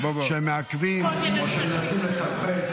שהם מעכבים או מנסים לטרפד.